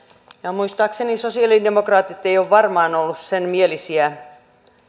muistaakseni sosiaalidemokraatit eivät ole olleet senmielisiä